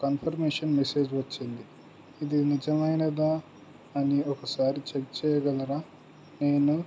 ఒక confirmation message వచ్చింది ఇది నిజమైనదా అని ఒకసారి చెక్ చేయగలరా నేను